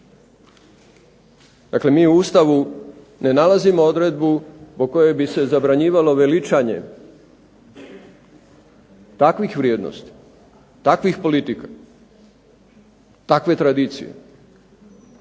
Dakle, mi u Ustavu ne nalazimo odredbu po kojoj bi se zabranjivalo veličanje takvih vrijednosti, takvih politika, takve tradicije,